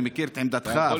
אני מכיר את עמדתך,